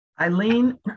Eileen